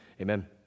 Amen